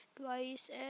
Twice